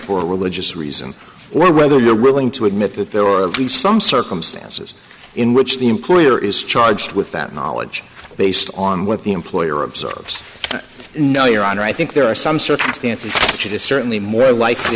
for religious reasons or whether we're willing to admit that there are some circumstances in which the employer is charged with that knowledge based on on what the employer observes no your honor i think there are some circumstances which it is certainly more likely